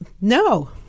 No